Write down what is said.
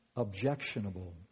objectionable